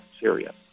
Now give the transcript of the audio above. syria